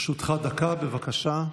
לרשותך דקה, בבקשה.